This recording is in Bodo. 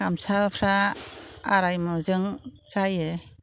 गामसाफोरा आराय मुजों जायो